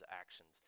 actions